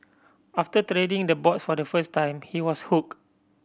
after treading the boards for the first time he was hooked